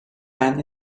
men